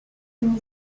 une